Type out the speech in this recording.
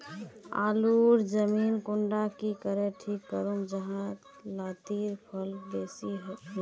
आलूर जमीन कुंडा की करे ठीक करूम जाहा लात्तिर फल बेसी मिले?